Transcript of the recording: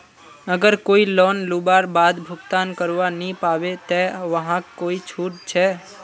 अगर कोई लोन लुबार बाद भुगतान करवा नी पाबे ते वहाक कोई छुट छे?